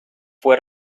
fue